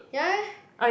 ya